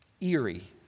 eerie